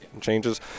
changes